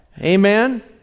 Amen